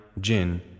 jinn